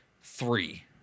three